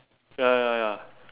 ya ya ya